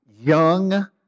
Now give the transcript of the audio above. young